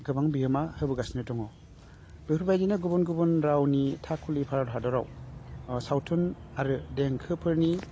गोबां बिहोमा होबोगासिनो दङ बेफोरबायदिनो गुबुन गुबुन रावनि थाखुलि भारत हादराव सावथुन आरो देंखोफोरनि